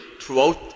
throughout